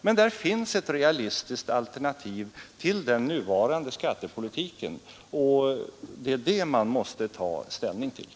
Men där finns ett realistiskt alternativ till den nuvarande skattepolitiken och det är det man måste ta ställning till.